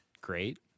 great